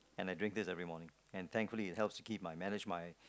and I drink this every morning and thankfully it help to keep my manage my